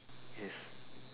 yes